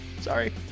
Sorry